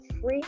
free